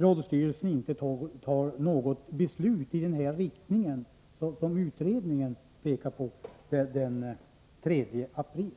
riksradioledningen den 3 april inte fattar ett beslut som går i samma riktning som utredningens förslag.